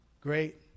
great